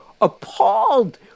appalled